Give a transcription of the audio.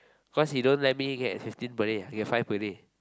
cause he don't let me get fifteen per day I get five per day